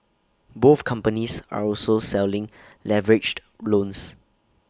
both companies are also selling leveraged loans